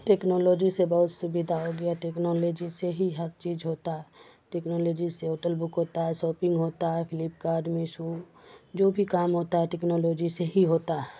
technology سے بہت سویدھا ہو گیا ٹکنالوجی سے ہی ہر چیز ہوتا ہے ٹکنالوجی سے ہوٹل بک ہوتا ہے ساپنگ ہوتا ہے فلپکارڈ میشو جو بھی کام ہوتا ہے ٹکنالوجی سے ہی ہوتا ہے